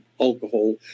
alcohol